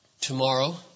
tomorrow